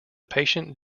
patient